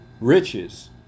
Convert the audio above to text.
riches